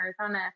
Arizona